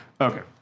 Okay